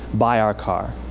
buy our car.